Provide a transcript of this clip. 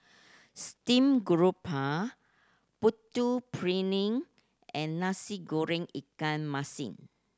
steamed garoupa Putu Piring and Nasi Goreng ikan masin